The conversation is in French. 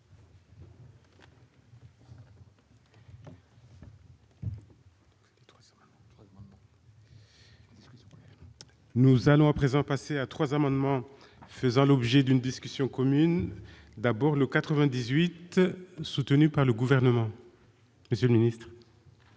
Nous allons à présent passer à 3 amendements faisant l'objet d'une discussion commune d'abord le 98, soutenu par le gouvernement, monsieur le Ministre.